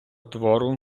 твору